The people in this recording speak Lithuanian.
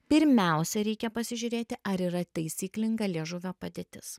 pirmiausia reikia pasižiūrėti ar yra taisyklinga liežuvio padėtis